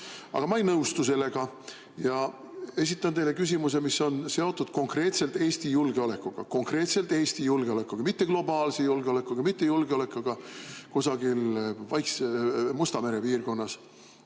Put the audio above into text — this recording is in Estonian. Aga ma ei nõustu sellega ja esitan teile küsimuse, mis on seotud konkreetselt Eesti julgeolekuga. Konkreetselt Eesti julgeolekuga, mitte globaalse julgeolekuga, mitte julgeolekuga kusagil Musta mere piirkonnas. Nimelt,